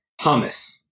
Hummus